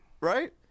right